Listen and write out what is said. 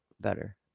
better